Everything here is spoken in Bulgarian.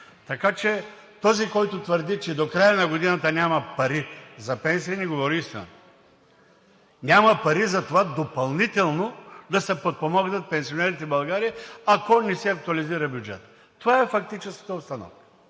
Така че този, който твърди, че до края на годината няма пари за пенсии, не говори истината. Няма пари за това допълнително да се подпомогнат пенсионерите в България, ако не се актуализира бюджетът. Това е фактическата обстановка,